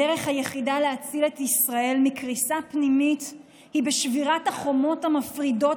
הדרך היחידה להציל את ישראל מקריסה פנימית היא בשבירת החומות המפרידות